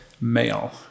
Male